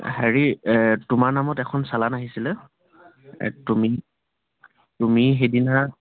হেৰি তোমাৰ নামত এখন চালান আহিছিলে তুমি তুমি সেইদিনা